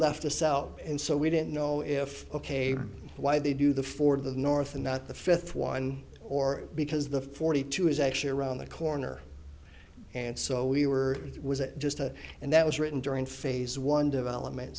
left us out and so we didn't know if the cave why they do the four of the north and not the fifth one or because the forty two is actually around the corner and so we were it was it just a and that was written during phase one development